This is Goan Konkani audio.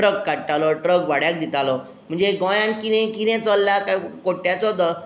ट्रक काडटालो ट्रक भाड्याक दितालो म्हणजे गोंयान कितें कितें चल्या काय कोट्याचो